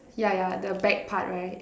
yeah yeah the back part right